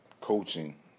coaching